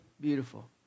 beautiful